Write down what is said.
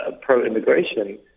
pro-immigration